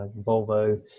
Volvo